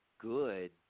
good